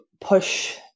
push